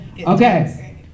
Okay